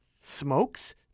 Smokes